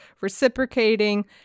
reciprocating